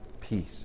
peace